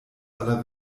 aller